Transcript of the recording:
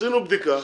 עשינו בדיקה,